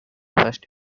first